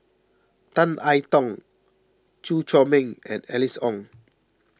Tan I Tong Chew Chor Meng and Alice Ong